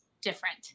Different